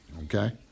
okay